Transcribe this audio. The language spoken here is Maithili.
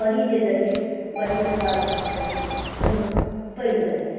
बड़ी जे देलियै बड़ीके तेकर बाद भूनि देलियै ओहिमे पानि देलियै